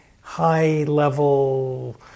high-level